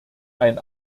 ein